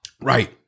Right